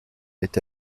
est